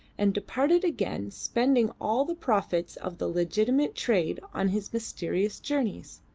and departed again spending all the profits of the legitimate trade on his mysterious journeys.